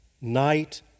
night